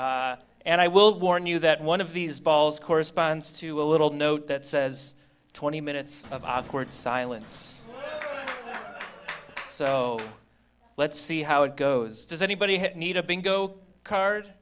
and i will warn you that one of these balls corresponds to a little note that says twenty minutes of awkward silence so let's see how it goes does anybody need a bingo car